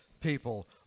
people